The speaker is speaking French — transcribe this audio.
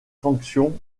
fonctions